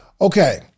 Okay